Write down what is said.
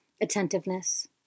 attentiveness